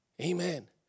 Amen